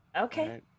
Okay